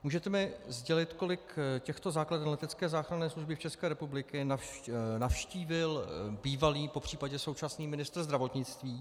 Můžete mi sdělit, kolik těchto základen letecké záchranné služby České republiky navštívil bývalý, popřípadě současný ministr zdravotnictví?